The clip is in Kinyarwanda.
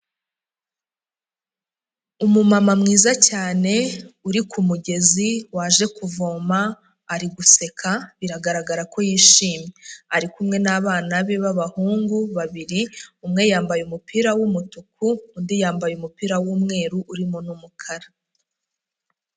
Umumama mwiza cyane uri ku mugezi waje kuvoma ari guseka, biragaragara ko yishimye, ari kumwe n'abana be b'ababahungu babiri, umwe yambaye umupira w'umutuku, undi yambaye umupira w'umweru urimo n'umukara.